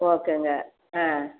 ஓகேங்க ஆ